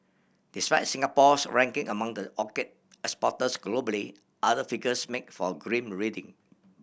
despite Singapore's ranking among the orchid exporters globally other figures make for grim reading